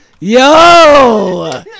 Yo